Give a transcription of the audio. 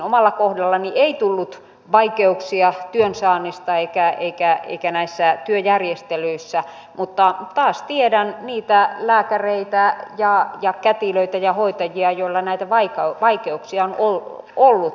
omalla kohdallani ei tullut vaikeuksia työnsaannissa eikä näissä työjärjestelyissä mutta tiedän taas niitä lääkäreitä ja kätilöitä ja hoitajia joilla näitä vaikeuksia on ollut